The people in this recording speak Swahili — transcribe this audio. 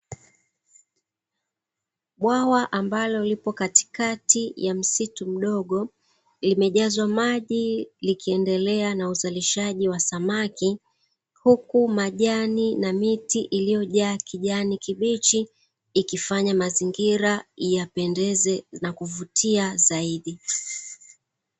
Bwawa ambalo lipo katikati ya msitu mdogo, limejazwa maji likiendelea na uzalishaji wa samaki, huku majani na miti iliyojaa kijani kibichi, ikifanya mazingira yapendeze na kuvutia zaidi.